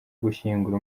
gushyingura